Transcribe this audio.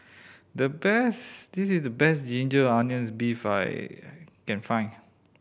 the best this is the best ginger onions beef I can find